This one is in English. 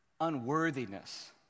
unworthiness